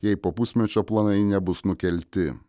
jei po pusmečio planai nebus nukelti